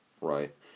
right